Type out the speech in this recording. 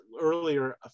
earlier